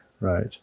Right